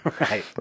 Right